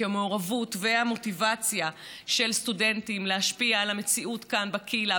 כי המעורבות והמוטיבציה של סטודנטים להשפיע על המציאות כאן בקהילה,